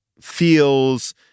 feels